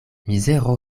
mizero